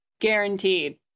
guaranteed